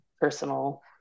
personal